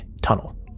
tunnel